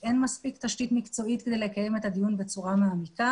שאין מספיק תשתית מקצועית כדי לקיים את הדיון בצורה נאותה.